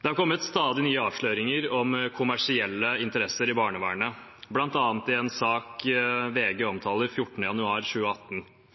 Det har kommet stadig nye avsløringer om kommersielle interesser i barnevernet, bl.a. i en sak VG omtalte 14. januar 2018,